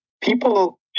people